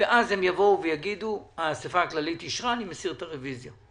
ואז הם יבוא ויגידו שהאסיפה הכללית אישרה ואני מסיר את הרביזיה.